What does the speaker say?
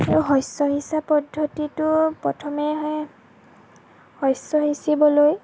আৰু শস্য সিঁচা পদ্ধতিটো প্ৰথমে শস্য সিঁচিবলৈ